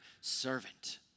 servant